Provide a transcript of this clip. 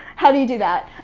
how do you do that?